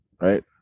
Right